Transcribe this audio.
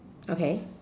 okay